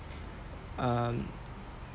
um